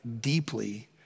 deeply